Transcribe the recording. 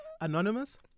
Anonymous